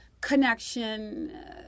connection